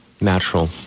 natural